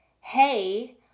hey